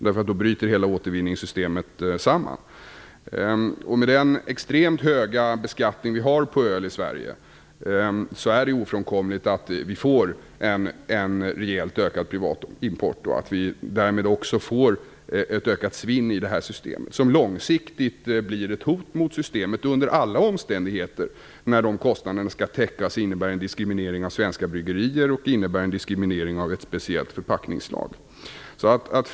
Då bryter hela återvinningssystemet samman. Med den extremt höga beskattning på öl som vi har i Sverige är det ofrånkomligt att vi får en rejält ökad privat import och att vi i detta system därmed får ett ökat svinn som långsiktigt blir ett hot mot systemet. Under alla omständigheter innebär det en diskriminering av svenska bryggerier och av ett speciellt förpackningsslag när de kostnaderna skall täckas.